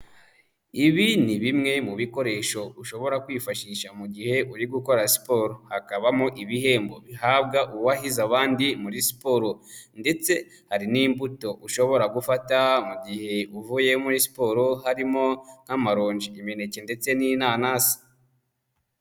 Ibi ni bimwe mu bikoresho ushobora kwifashisha mu gihe uri gukora siporo, hakabamo ibihembo bihabwa uwahize abandi muri siporo ndetse hari n'imbuto ushobora gufata mu gihe uvuye muri siporo, harimo nk'amarongi, imineke ndetse n'inanasi.